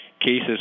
cases